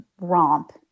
romp